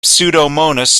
pseudomonas